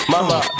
Mama